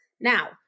Now